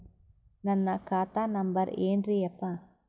ನನ್ನ ಖಾತಾ ನಂಬರ್ ಏನ್ರೀ ಯಪ್ಪಾ?